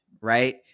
right